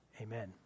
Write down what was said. Amen